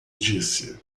disse